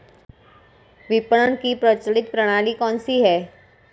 विपणन की प्रचलित प्रणाली कौनसी है?